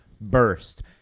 burst